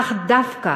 אך דווקא